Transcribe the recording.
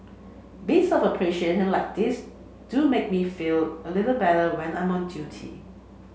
bits of appreciation like these do make me feel a little better when I'm on duty